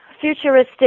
Futuristic